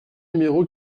numéro